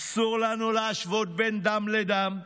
אסור לנו להשוות בין דם לדם,